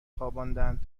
خواباندند